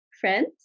friends